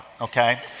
okay